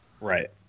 right